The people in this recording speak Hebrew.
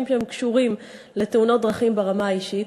שקשורים לתאונות דרכים ברמה האישית.